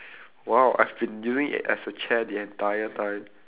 !wow! I've been using it as a chair the entire time